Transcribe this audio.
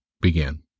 began